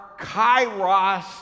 Kairos